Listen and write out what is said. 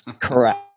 Correct